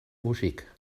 wuschig